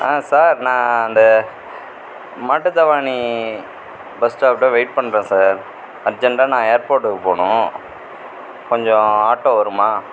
sir நான் இந்த Mattuthavani bus ஸ்டாப்கிட்ட வெயிட் பண்றேன் சார் அர்ஜென்டாக நான் ஏர்போர்ட்டுக்கு போகணும் கொஞ்சம் ஆட்டோ வருமா